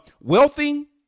wealthy